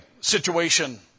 situation